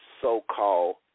so-called